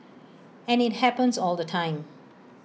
and IT happens all the time